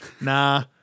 Nah